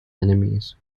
enemies